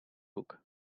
boek